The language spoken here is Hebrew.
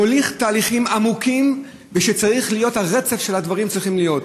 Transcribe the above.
מוליך תהליכים עמוקים ושצריך להיות רצף של הדברים שצריכים להיות.